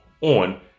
on